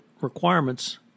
requirements